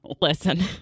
Listen